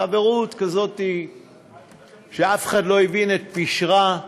חברות כזאת שאף אחד לא הבין את פשרה,